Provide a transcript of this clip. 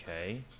Okay